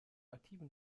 aktiven